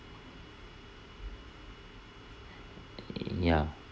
ya